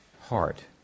heart